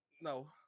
No